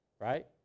right